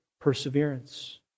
perseverance